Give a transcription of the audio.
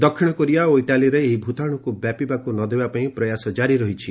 ଦକ୍ଷିଣ କୋରିଆ ଓ ଇଟାଲୀରେ ଏହି ଭୂତାଶୁକୁ ବ୍ୟାପିବାକୁ ନ ଦେବା ପାଇଁ ପ୍ରୟାସ ଜାରି ରହିଛି